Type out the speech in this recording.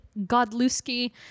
Godlewski